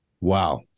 Wow